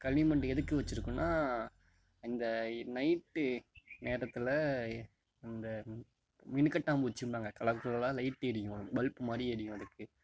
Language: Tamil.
களிமண் எதுக்கு வச்சியிருக்குன்னா இந்த நைட்டு நேரத்தில் இந்த மினுக்கட்டாம்பூச்சிம்பாங்க கலர் கலராக லைட்டு எரியும் பல்ப் மாதிரி எரியும் அதுக்கு